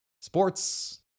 sports